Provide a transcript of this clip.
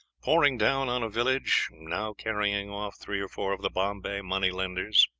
pouring down on a village, now carrying off three or four of the bombay money lenders,